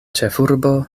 ĉefurbo